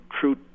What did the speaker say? true